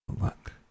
look